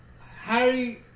Harry